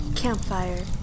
Campfire